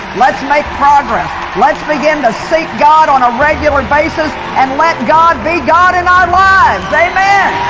let's make progress let's begin to seek god on a regular basis and let god be god in our lives. amen